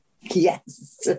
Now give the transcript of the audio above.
Yes